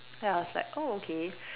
then I was like oh okay